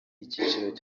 icyiciro